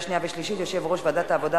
שנייה ושלישית יושב-ראש ועדת העבודה,